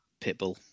Pitbull